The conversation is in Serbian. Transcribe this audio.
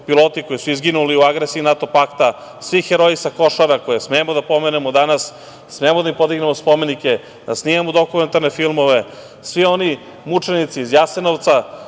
piloti koji su izginuli u agresiji NATO pakta, svi heroji sa Košara koje smemo da pomenemo danas, smemo da im podignemo spomenike, da snimamo dokumentarne filmove, svi oni mučenici iz Jasenovca,